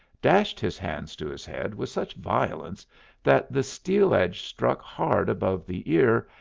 dashed his hands to his head with such violence that the steel edge struck hard above the ear,